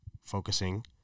focusing